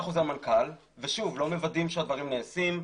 חוזר מנכ"ל ולא מוודאים שהדברים נעשים,